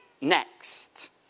next